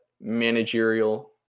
managerial